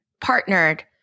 partnered